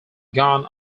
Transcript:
gone